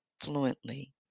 fluently